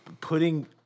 putting